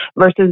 versus